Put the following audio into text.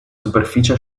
superficie